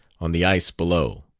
on the ice below.